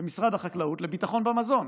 במשרד החקלאות לביטחון במזון.